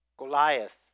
Goliath